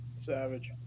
Savage